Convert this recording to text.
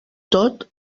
tot